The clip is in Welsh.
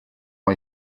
mae